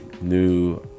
new